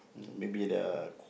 mm maybe the q~